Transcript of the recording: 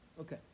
okay